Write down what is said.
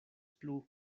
plu